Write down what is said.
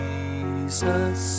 Jesus